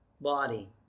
body